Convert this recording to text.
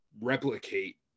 replicate